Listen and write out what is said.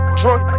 drunk